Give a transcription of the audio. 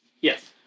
Yes